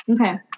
Okay